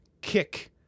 kick